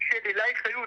של עילי חיות.